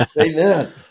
Amen